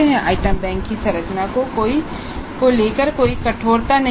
item bank की संरचना को लेकर कोई कठोरता नहीं है